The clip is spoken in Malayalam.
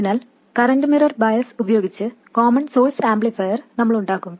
അതിനാൽ കറൻറ് മിറർ ബയസ് ഉപയോഗിച്ച് കോമൺ സോഴ്സ് ആംപ്ലിഫയർ നമ്മളുണ്ടാക്കും